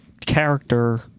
character